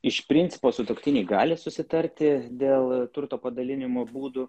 iš principo sutuoktiniai gali susitarti dėl turto padalinimo būdų